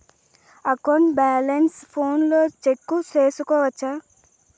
account balance ఫోనులో check సేసుకోవచ్చా